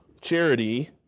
charity